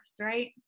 right